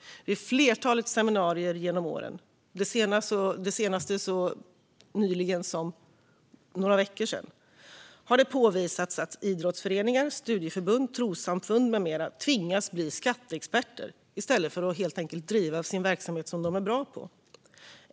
Vid ett flertal seminarier genom åren, det senaste för bara några veckor sedan, har det påvisats att idrottsföreningar, studieförbund, trossamfund med flera tvingas bli skatteexperter i stället för att bedriva sin verksamhet som de är bra på.